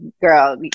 girl